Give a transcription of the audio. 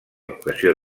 vocació